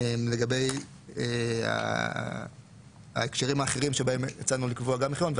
לגבי ההקשרים האחרים שבהם הצענו גם לקבוע מחירון.